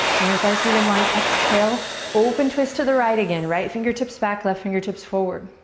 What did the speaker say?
inner thighs to the midline. exhale. open twist to the right again. right fingertips back, left fingertips forward.